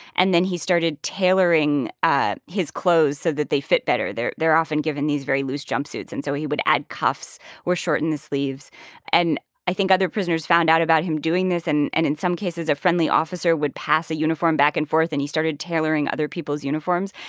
and then he started tailoring ah his clothes so that they fit better. they're they're often given these very loose jumpsuits. and so he would add cuffs or shorten the sleeves and i think other prisoners found out about him doing this. and and in some cases, a friendly officer would pass a uniform back and forth. and he started tailoring other people's uniforms.